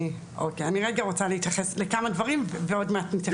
אני רגע רוצה להתייחס לכמה דברים ועוד מעט נתייחס.